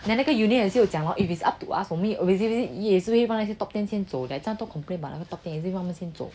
那个 union 也是有讲 lor it's up to ask for me 也是会让那些 top ten 先走 that's why 也是让他先走